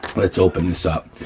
let's open this up.